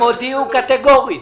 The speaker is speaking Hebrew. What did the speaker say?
הם הודיעו קטגורית